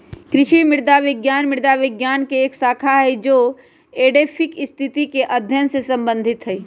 कृषि मृदा विज्ञान मृदा विज्ञान के एक शाखा हई जो एडैफिक स्थिति के अध्ययन से संबंधित हई